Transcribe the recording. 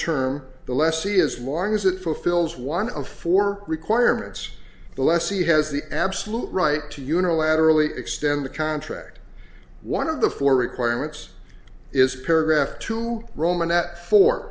term the lessee as long as it fulfills one of four requirements the lessee has the absolute right to unilaterally extend the contract one of the four requirements is paragraph two roman at for